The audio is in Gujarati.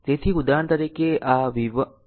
તેથી ઉદાહરણ તરીકે આ V12 અને V21 છે